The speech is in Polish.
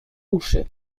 uszy